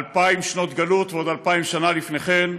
אלפיים שנות גלות ועוד אלפיים שנה לפני כן,